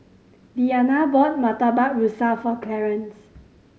Deanna bought Murtabak Rusa for Clarnce